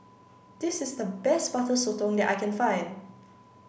this is the best Butter Sotong that I can find